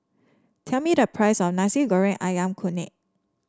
tell me the price of Nasi Goreng ayam kunyit